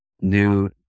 new